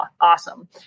awesome